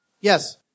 Yes